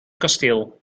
kasteel